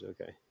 Okay